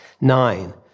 Nine